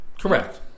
Correct